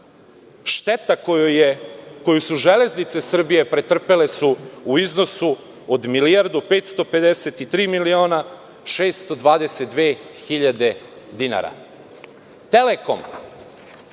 šteta koju su Železnice Srbije pretrpele su u iznosu od milijardu 553 miliona 622 hiljade dinara. Telekom